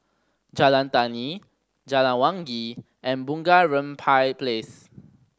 Jalan Tani Jalan Wangi and Bunga Rampai Place